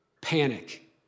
panic